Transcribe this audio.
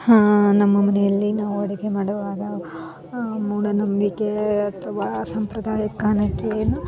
ಹಾಂ ನಮ್ಮ ಮನೆಯಲ್ಲಿ ನಾವು ಅಡುಗೆ ಮಾಡುವಾಗ ಮೂಢನಂಬಿಕೆ ಅಥವಾ ಸಂಪ್ರದಾಯ ಕಾರಣಕ್ಕೆ ಏನು